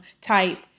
type